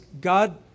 God